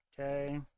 Okay